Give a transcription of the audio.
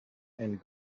and